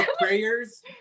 prayers